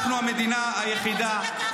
אנחנו המדינה היחידה.